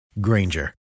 Granger